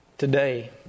Today